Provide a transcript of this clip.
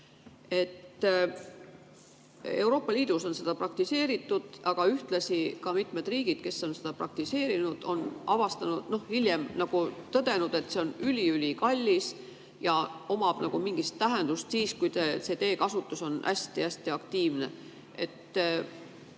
Euroopa Liidus on seda praktiseeritud, aga ühtlasi mitmed riigid, kes on seda praktiseerinud, on hiljem avastanud, nagu tõdenud, et see on üli-ülikallis ja omab mingit tähendust siis, kui teekasutus on hästi-hästi aktiivne. Mis